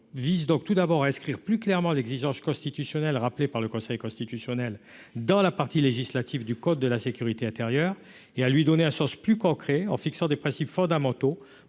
vise donc tout d'abord inscrire plus clairement l'exigence constitutionnelle, rappelé par le Conseil constitutionnel dans la partie législative du code de la sécurité intérieure et à lui donner un sens plus concret en fixant des principes fondamentaux